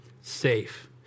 safe